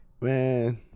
Man